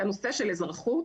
הנושא של אזרחות